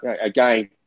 again